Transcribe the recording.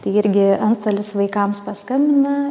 tai irgi antstolis vaikams paskambina